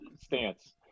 stance